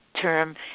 term